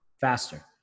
faster